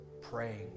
praying